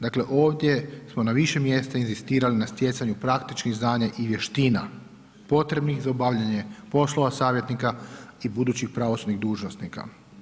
Dakle, ovdje smo na više mjesta inzistirali na stjecanje praktičnih znanja i vještina, potrebnih za obavljanje poslova savjetnika i budućih pravosudnih dužnosnika.